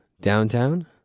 downtown